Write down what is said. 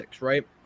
right